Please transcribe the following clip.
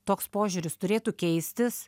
toks požiūris turėtų keistis